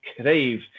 crave